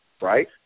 right